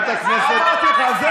איך, איך אתה מרשה,